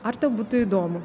ar tau būtų įdomu